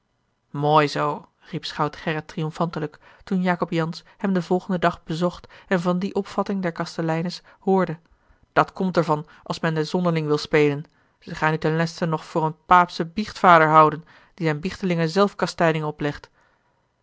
mooi zoo riep schout gerrit triomfantelijk toen jacob jansz hem den volgenden dag bezocht en van die opvatting der kasteleines hoorde dat komt er van als men den zonderling wil spelen ze gaan u ten leste nog voor een paapschen biechtvader houden die zijne biechtelingen zelfkastijding oplegt